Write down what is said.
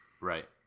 Right